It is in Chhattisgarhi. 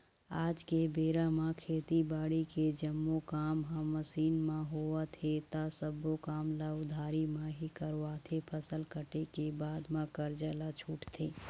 आज के बेरा म खेती बाड़ी के जम्मो काम ह मसीन म होवत हे ता सब्बो काम ल उधारी म ही करवाथे, फसल कटे के बाद म करजा ल छूटथे